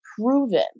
proven